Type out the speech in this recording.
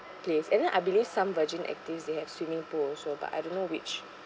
place and then I believe some virgin active they have swimming pool also but I don't know which